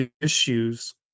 issues